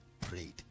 prayed